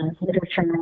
literature